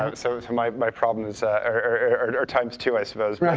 um sort of so my my problems are times two, i suppose, yeah